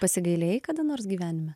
pasigailėjai kada nors gyvenime